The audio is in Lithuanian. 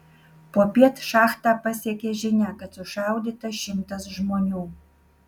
popiet šachtą pasiekė žinia kad sušaudyta šimtas žmonių